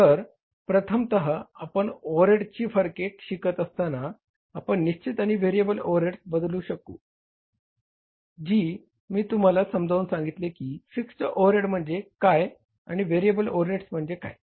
तर प्रथमतः आपण ओव्हरहेडची फरके शिकत असताना आपण निश्चित आणि व्हेरिएबल ओव्हरहेड्स बद्दल शिकू जे मी तुम्हाला समजावून सांगितले की फिक्स्ड ओव्हरहेड म्हणजे काय आणि व्हेरिएबल ओव्हरहेड्स काय आहेत